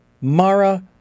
Mara